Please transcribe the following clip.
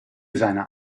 seine